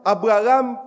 Abraham